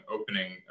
opening